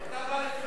חבר הכנסת ברכה,